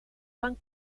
fan